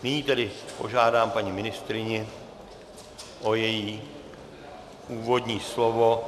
Nyní tedy požádám paní ministryni o její úvodní slovo.